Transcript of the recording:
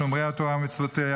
שומרי התורה ומצוותיה,